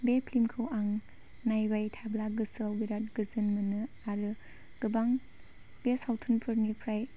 बे फिल्मखौ आं नायबाय थाब्ला गोसोआव बिराद गोजोन मोनो आरो गोबां बे सावथुनफोरनिफ्राय